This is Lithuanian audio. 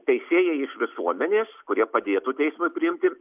teisėjai iš visuomenės kurie padėtų teismui priimti